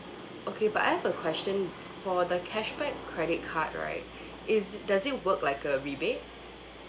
okay but I have a question for the cashback credit card right is it does it work like a rebate